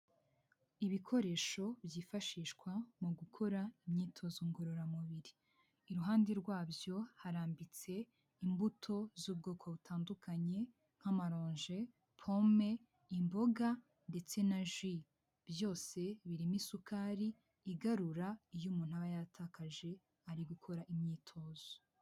Ibikoresho byifashishwa mu gukora imyitozo ngororamubiri. Iruhande rwabyo harambitse imbuto z'ubwoko butandukanye nk'amaronje, pome, imboga ndetse na ji. Byose birimo isukari igarura iyo umuntu aba yatakaje ari gukora imyitozo.